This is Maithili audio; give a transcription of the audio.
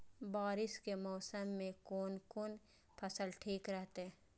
बारिश के मौसम में कोन कोन फसल ठीक रहते?